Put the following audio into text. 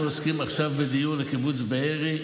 אנחנו עוסקים עכשיו בדיון בקיבוץ בארי,